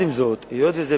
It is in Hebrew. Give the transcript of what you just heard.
עם זאת, היות שזה